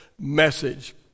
message